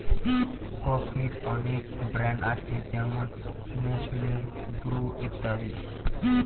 কফির অনেক ব্র্যান্ড আছে যেমন নেসলে, ব্রু ইত্যাদি